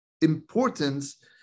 importance